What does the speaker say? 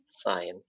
science